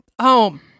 home